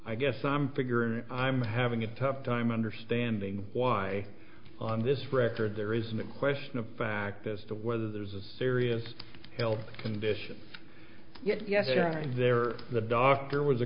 i guess i'm figuring i'm having a tough time understanding why on this record there isn't a question of fact as to whether there's a serious health condition yes there the doctor was a